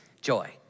joy